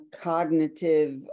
cognitive